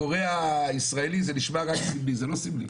לקורא הישראלי זה נשמע רק סמלי, אבל זה לא סמלי.